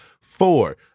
Four